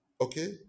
okay